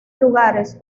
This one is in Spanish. lugares